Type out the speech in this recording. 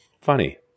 Funny